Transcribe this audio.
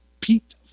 Pete